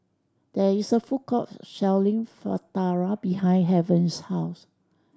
there is a food court selling Fritada behind Haven's house